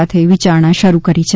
સાથે વિચારણા શરૂ કરી છે